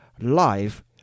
live